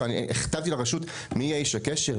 אני הכתבתי לרשות מי יהיה איש הקשר?